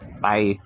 Bye